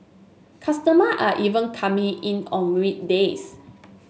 customer are even coming in on weekdays